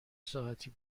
ساعتی